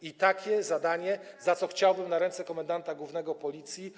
I takie zadanie, za co chciałbym na ręce komendanta głównego Policji.